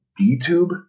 DTube